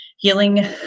Healing